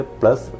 plus